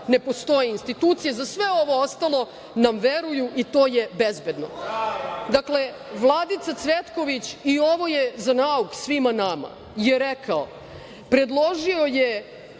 ne postoje institucije, za sve ovo ostalo nam veruju i to je bezbedno. Dakle, Vladica Cvetković, i ovo je za nauk svima nama, rekao je, predložio je